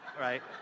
right